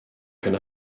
can